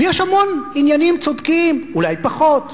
ויש המון עניינים צודקים, אולי פחות,